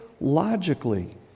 logically